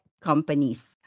companies